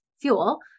fuel